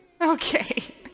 Okay